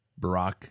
Barack